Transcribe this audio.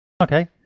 Okay